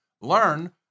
learn